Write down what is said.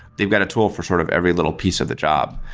they've got a tool for sort of every little piece of the job.